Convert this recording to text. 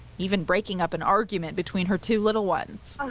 even breaking up an argument between her two little ones.